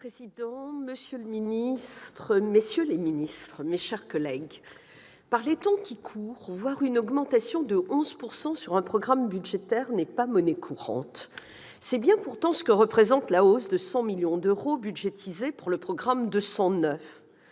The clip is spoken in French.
Monsieur le président, monsieur le ministre, monsieur le secrétaire d'État, mes chers collègues, par les temps qui courent, voir une augmentation de 11 % sur un programme budgétaire n'est pas monnaie courante ! C'est bien pourtant ce que représente la hausse de 100 millions d'euros budgétisée pour le programme 209.